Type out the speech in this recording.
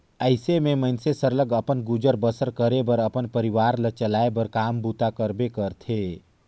अइसे में मइनसे सरलग अपन गुजर बसर करे बर अपन परिवार ल चलाए बर काम बूता करबे करथे